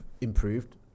improved